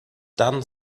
done